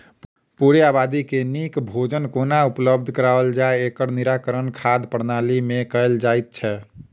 पूरे आबादी के नीक भोजन कोना उपलब्ध कराओल जाय, एकर निराकरण खाद्य प्रणाली मे कयल जाइत छै